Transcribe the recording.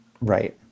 right